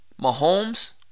Mahomes